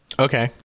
okay